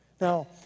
Now